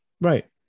Right